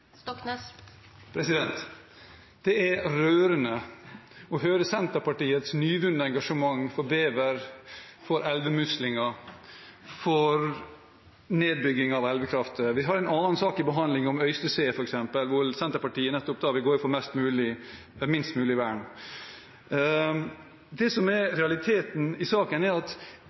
Det er rørende å høre Senterpartiets nyvunne engasjement for bever, elvemuslinger og nedbygging av elver for vannkraft. Vi har en annen sak til behandling akkurat nå, om Øystese, hvor Senterpartiet går inn for minst mulig vern. Det som er avgjørende i saken, er